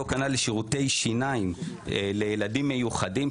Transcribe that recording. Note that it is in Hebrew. אותו כנ"ל לשירותי שיניים לילדים מיוחדים,